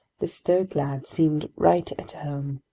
this stoic lad seemed right at home!